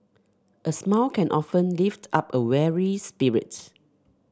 a smile can often lift up a weary spirit